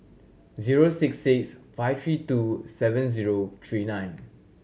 zero six six five three two seven zero three nine